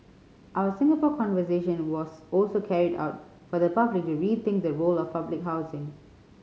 our Singapore Conversation was also carried out for the public to rethink the role of public housing